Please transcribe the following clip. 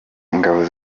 ingabo